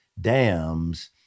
dams